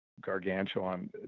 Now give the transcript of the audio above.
gargantuan